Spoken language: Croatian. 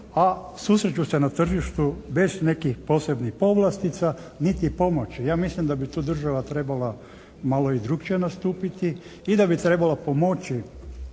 a susreću se na tržištu bez nekih posebnih povlastica niti pomoći. Ja mislim da bi tu država trebala malo i drukčije nastupiti i da bi trebala pomoći